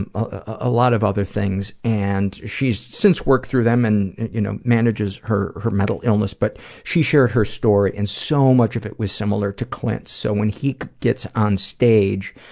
and a lot of other things. and she's since worked through them and you know manages her her mental illness, but she shared her story, and so much of it was similar to clint's. so when he gets on stage,